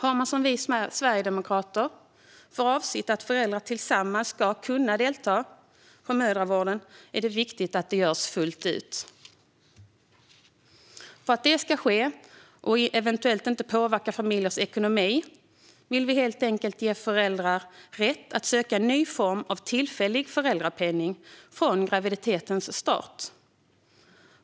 Har man som vi sverigedemokrater för avsikt att föräldrar tillsammans ska kunna delta på mödravården är det viktigt att det möjliggörs fullt ut. För att det ska ske och inte påverka familjens ekonomi vill vi ge föräldrar rätt att söka en ny form av tillfällig föräldrapenning från graviditetens start.